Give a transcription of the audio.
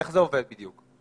איך זה עובד בדיוק?